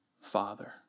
Father